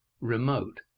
remote